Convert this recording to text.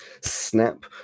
snap